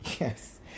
yes